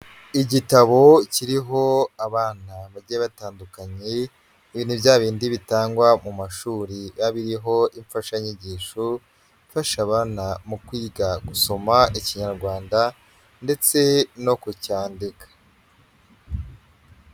Igitabo kiriho abana bagiye batandukanye, ibi ni bya bindi bitangwa mu mashuri biba biriho imfashanyigisho, ifasha abana mu kwiga gusoma Ikinyarwanda ndetse no kucyandika.